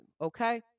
Okay